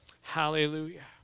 hallelujah